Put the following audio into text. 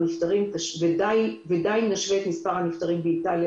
ודי אם נשווה את מספר הנפטרים באיטליה